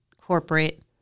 corporate